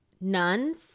Nuns